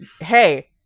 Hey